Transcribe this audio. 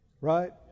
Right